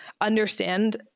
understand